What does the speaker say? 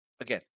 Again